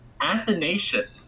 Athanasius